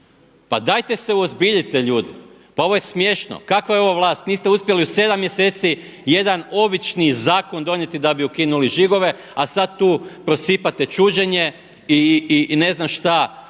Pa dajte se uozbiljite ljudi pa ovo je smiješno. Kakva je ovo vlast? niste uspjeli u 7 mjeseci jedan obični zakon donijeti da bi ukinuli žigove, a sada tu prosipate čuđenje i ne znam šta